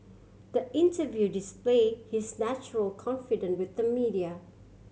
the interview display his natural confidence with the media